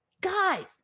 guys